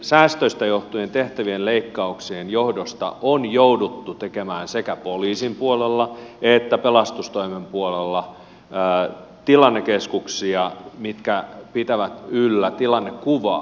säästöistä johtuen tehtävien leikkauksien johdosta on jouduttu tekemään sekä poliisin puolella että pelastustoimen puolella tilannekeskuksia mitkä pitävät yllä tilannekuvaa